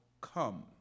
come